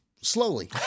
slowly